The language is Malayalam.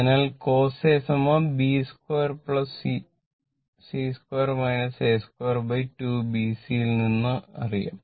അതിനാൽ cos A 2 bc അതിൽ നിന്ന് അറിയാം